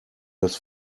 das